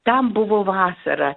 tam buvo vasara